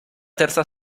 terza